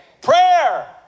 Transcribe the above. Prayer